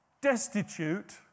destitute